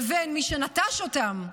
לבין מי שנטש אותם,